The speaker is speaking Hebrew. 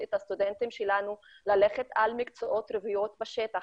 את הסטודנטים שלנו ללכת על מקצועות רוויים בשטח,